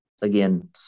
again